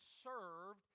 served